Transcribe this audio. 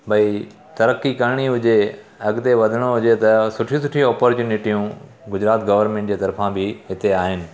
भई तरक़ी करिणी हुजे अॻिते वधिणो हुजे त सुठियूं सुठियूं ऑपॉर्चुनिटियूं गुजरात गवरमेंट जे तर्फ़ां बि हिते आहिनि